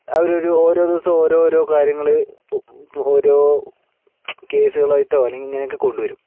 അവരൊരു ഓരോ ദിവസം ഓരോ ഓരോ കാര്യങ്ങൾ ഓരോ കേസുകളായിട്ടോ അല്ലെങ്കില് ഇങ്ങനെയൊക്കെ കൊണ്ടുവരും